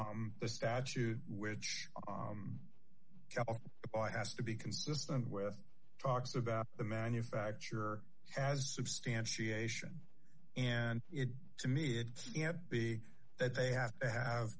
e the statute which has to be consistent with talks about the manufacturer as substantiation and it to me it can't be that they have to have